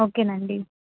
ఓకేనండి